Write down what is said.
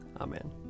Amen